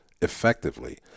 effectively